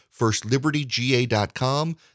Firstlibertyga.com